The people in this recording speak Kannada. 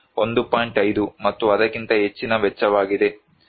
5 ಮತ್ತು ಅದಕ್ಕಿಂತ ಹೆಚ್ಚಿನ ವೆಚ್ಚವಾಗಿದೆ